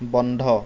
বন্ধ